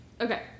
Okay